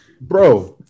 Bro